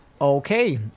Okay